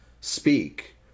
speak